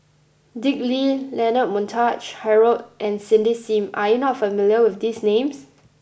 Dick Lee Leonard Montague Harrod and Cindy Sim are you not familiar with these names